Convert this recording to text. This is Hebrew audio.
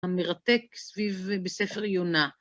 המרתק סביב... בספר יונה.